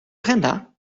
agenda